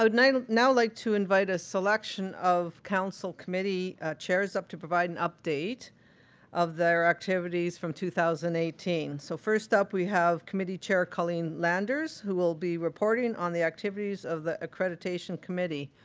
i would now now like to invite a selection of council committee chairs up to provide an update of their activities from two thousand and eighteen. so first up we have committee chair colleen landers who will be reporting on the activities of the accreditation committee.